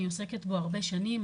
אני עוסקת בו הרבה שנים,